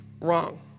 wrong